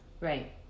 Right